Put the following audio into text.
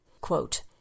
Quote